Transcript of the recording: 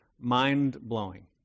mind-blowing